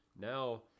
now